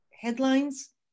headlines